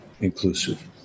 inclusive